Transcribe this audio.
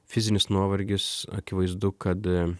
fizinis nuovargis akivaizdu kad